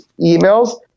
emails